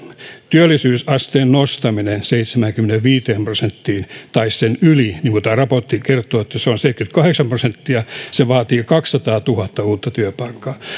työllisyysasteen nostaminen seitsemäänkymmeneenviiteen prosenttiin tai sen yli kun tämä raportti kertoo että tavoite on seitsemänkymmentäkahdeksan prosenttia vaatii kaksisataatuhatta uutta työpaikkaa se